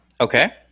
Okay